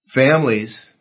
Families